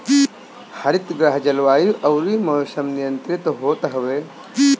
हरितगृह जलवायु अउरी मौसम नियंत्रित होत हवे